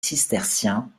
cisterciens